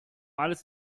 alles